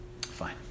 Fine